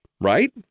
Right